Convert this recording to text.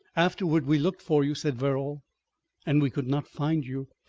afterward we looked for you, said verrall and we could not find you.